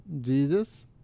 Jesus